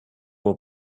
will